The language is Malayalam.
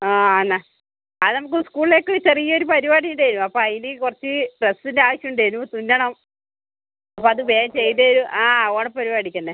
ഓ എന്നാൽ അത് നമുക്ക് സ്കൂളിലേക്ക് ചെറിയ ഒരു പരിപാടി ഉണ്ടേനു അപ്പോൾ അതിന് കുറച്ച് ഡ്രസ്സിൻ്റെ ആവശ്യം ഉണ്ടേനു തുന്നണം അപ്പോൾ അത് വേഗം ചെയ്തുതരുവോ ആ ഓണപരിപാടിക്കുതന്നെ